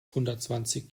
hundertzwanzig